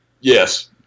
Yes